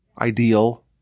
ideal